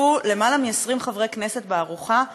השתתפו למעלה מ-20 חברי כנסת בארוחה,